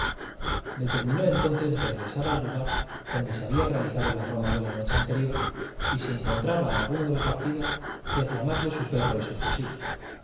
determinó entonces regresar al lugar donde se había realizado la broma de la noche anterior y si encontraba a alguno de la partida reclamarle su perro y su fusil